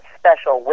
special